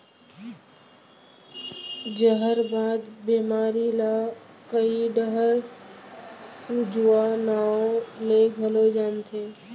जहरबाद बेमारी ल कइ डहर सूजवा नांव ले घलौ जानथें